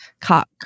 Cock